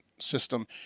system